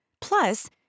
Plus